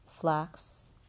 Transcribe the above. Flax